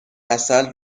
عسل